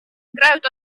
играют